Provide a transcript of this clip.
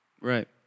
Right